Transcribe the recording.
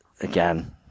again